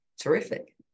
Terrific